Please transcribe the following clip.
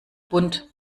bunt